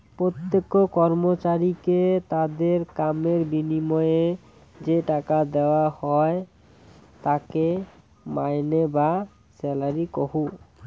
প্রত্যেক কর্মচারীকে তাদের কামের বিনিময়ে যে টাকা দেওয়া হই তাকে মাইনে বা স্যালারি কহু